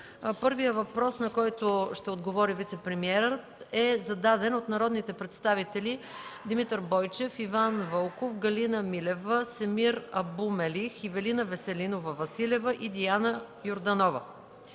Първият въпрос, на който ще отговори вицепремиерът, е зададен от народните представители Димитър Бойчев, Иван Вълков, Галина Милева, Семир Абу Мелих, Ивелина Веселинова Василева и Диана Йорданова